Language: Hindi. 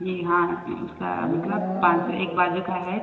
जी हाँ उसका मतलब पाँच सौ एक बाजू का है